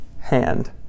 hand